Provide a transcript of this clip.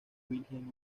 wilhelm